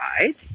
right